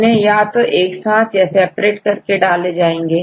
इन्हें या तो एक साथ या सेपरेट कर डालेंगे